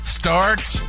starts